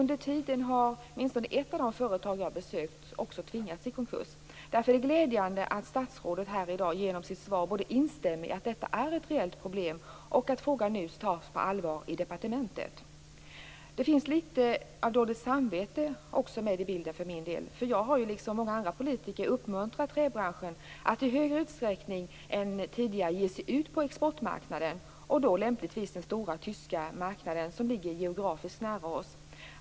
Under tiden har åtminstone ett av de företag jag har besökt också tvingats i konkurs. Därför är det glädjande att statsrådet här i dag genom sitt svar instämmer i att detta är ett reellt problem och att frågan nu tas på allvar i departementet. Det finns också litet av dåligt samvete med i bilden för min del. Jag har ju, liksom många andra politiker, uppmuntrat träbranschen att i större utsträckning än tidigare ge sig ut på exportmarknaden, och då lämpligtvis den stora tyska marknaden som ligger geografiskt nära oss.